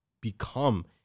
become